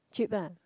cheap ah